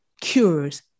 cures